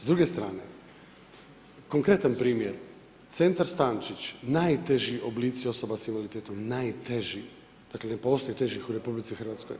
S druge strane, konkretan primjer, centar Stančić, najteži oblici osoba s invaliditetom, najteži, dakle ne postoji težih u RH.